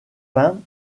peints